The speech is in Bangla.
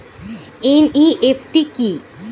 এন.ই.এফ.টি কি?